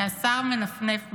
שהשר מנפנף בהם?